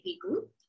group